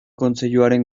kontseiluaren